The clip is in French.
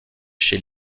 chez